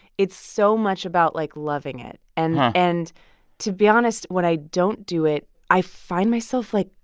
it's so much about, like, loving it. and and to be honest, when i don't do it, i find myself, like,